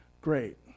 great